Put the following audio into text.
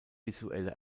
visuelle